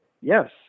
yes